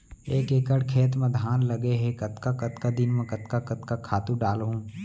एक एकड़ खेत म धान लगे हे कतका कतका दिन म कतका कतका खातू डालहुँ?